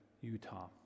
Utah